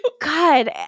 God